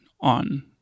on